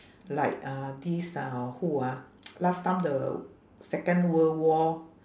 like uh this uh who ah last time the second world war